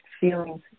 feelings